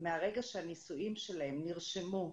מהרגע שהנישואים שלהם נרשמו,